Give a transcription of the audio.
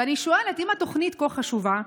ואני שואלת: אם התוכנית כה חשובה,